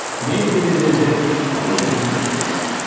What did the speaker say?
maybe there's a genetic mutation in this person.